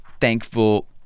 thankful